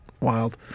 Wild